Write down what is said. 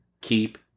keep